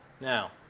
Now